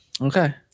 Okay